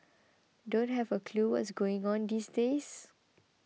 don't have a clue what's going on these days